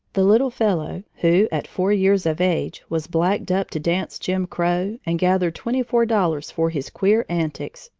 the little fellow who, at four years of age, was blacked up to dance jim crow and gathered twenty-four dollars for his queer antics,